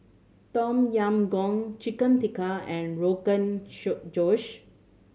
Tom Yam Goong Chicken Tikka and Rogan Josh